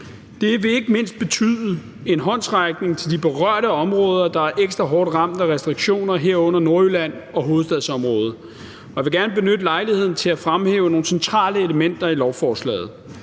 Det vil ikke mindst betyde en håndsrækning til de berørte områder, der er ekstra hårdt ramt af restriktioner, herunder Nordjylland og hovedstadsområdet. Jeg vil gerne benytte lejligheden til at fremhæve nogle centrale elementer i lovforslaget.